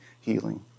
healing